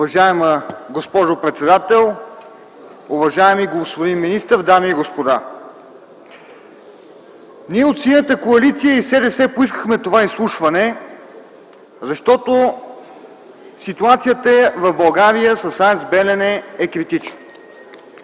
Уважаема госпожо председател, уважаеми господин министър, дами и господа! Ние от Синята коалиция и СДС поискахме това изслушване, защото ситуацията в България с АЕЦ „Белене” е критична.